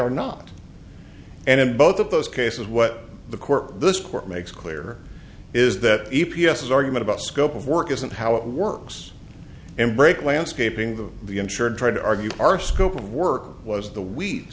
are not and in both of those cases what the court this court makes clear is that e p a s argument about scope of work isn't how it works and break landscaping them the insured tried to argue our scope of work was the weeds